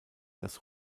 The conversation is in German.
das